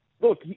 look